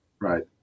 Right